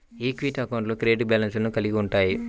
equity అకౌంట్లు credit బ్యాలెన్స్లను కలిగి ఉంటయ్యి